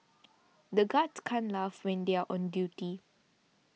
the guards can't laugh when they are on duty